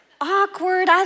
Awkward